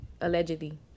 allegedly